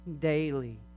daily